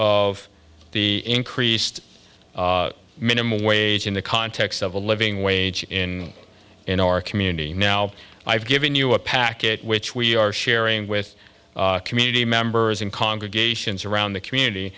of the increased minimum wage in the context of a living wage in in our community now i've given you a packet which we are sharing with community members in congregations around the community